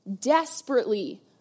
desperately